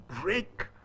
break